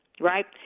right